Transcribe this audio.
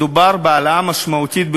מדובר בהעלאה משמעותית.